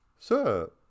Sir